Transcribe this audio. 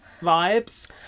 vibes